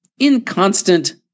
inconstant